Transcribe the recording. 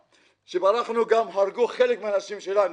כשברחנו גם הרגו חלק מהאנשים שלנו.